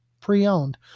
pre-owned